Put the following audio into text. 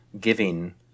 giving